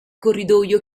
corridoio